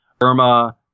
Irma